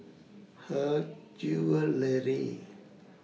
Her Jewellery